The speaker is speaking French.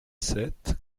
sept